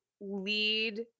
lead